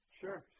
Sure